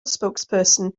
spokesperson